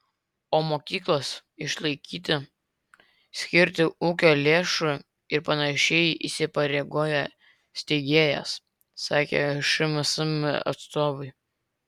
o mokyklas išlaikyti skirti ūkio lėšų ir panašiai įsipareigoja steigėjas sakė šmsm atstovai